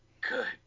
good